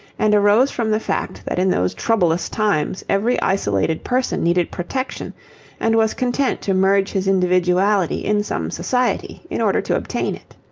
and arose from the fact that in those troublous times every isolated person needed protection and was content to merge his individuality in some society in order to obtain it.